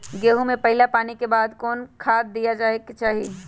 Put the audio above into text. गेंहू में पहिला पानी के बाद कौन खाद दिया के चाही?